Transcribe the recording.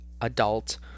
adult